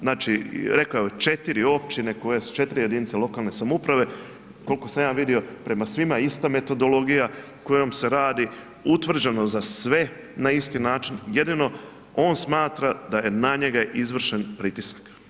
Znači, rekao je 4 općine, 4 jedinice lokalne samouprave, koliko sam ja vidio, prema svima ista metodologija kojom se radi, utvrđeno za sve, na isti način, jedino on smatra da je na njega izvršen pritisak.